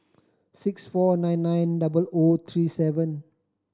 six four nine nine double O three seven